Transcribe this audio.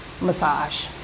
massage